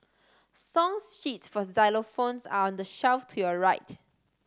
song sheets for xylophones are on the shelf to your right